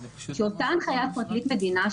שאותה הנחיית פרקליט המדינה,